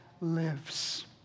lives